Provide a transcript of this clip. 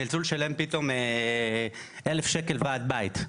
נאלצו לשלם פתאום 1,000 שקל ועד בית.